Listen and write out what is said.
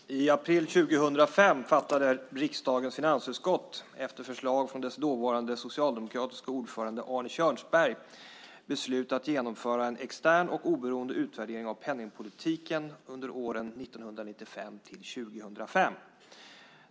Fru talman! I april 2005 fattade riksdagens finansutskott efter förslag från dess dåvarande socialdemokratiske ordförande Arne Kjörnsberg beslut om att genomföra en extern och oberoende utvärdering av penningpolitiken under 1995-2005.